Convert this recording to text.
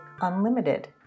Unlimited